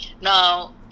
Now